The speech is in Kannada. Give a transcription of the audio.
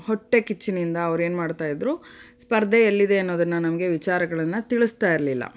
ಹೊಟ್ಟೆಕಿಚ್ಚಿನಿಂದ ಅವ್ರು ಏನು ಮಾಡ್ತಾ ಇದ್ದರು ಸ್ಪರ್ಧೆಯೆಲ್ಲಿದೆ ಅನ್ನೋದನ್ನು ನಮಗೆ ವಿಚಾರಗಳನ್ನು ತಿಳಿಸ್ತಾ ಇರಲಿಲ್ಲ